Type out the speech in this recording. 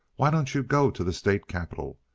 why don't you go to the state capitol?